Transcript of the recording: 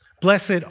blessed